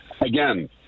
again